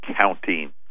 counting